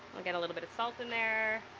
we'll get a little bit of salt in there.